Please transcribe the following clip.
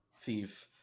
thief